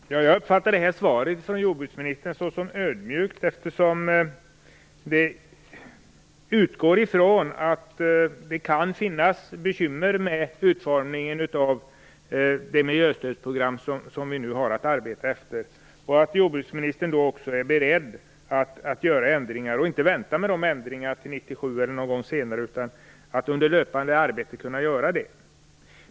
Fru talman! Jag uppfattar svaret från jordbruksministern som ödmjukt. Där utgår hon ifrån att det kan finnas bekymmer med utformningen av det miljöstödprogram som vi nu har att arbeta efter och är beredd att göra ändringar, inte vänta med ändringarna till 1997 eller senare utan under löpande arbete göra det.